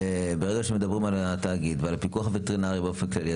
ברגע שמדברים על התאגיד ועל הפיקוח הווטרינרי באופן כללי,